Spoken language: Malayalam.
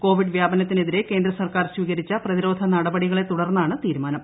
കോവിഡ് വ്യാപനത്തിനെതിരെ കേന്ദ്ര സർക്കാർ സ്വീകരിച്ച പ്രതിരോധ നടപടികളെ തുടർന്നാണ് തീരുമാനം